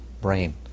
brain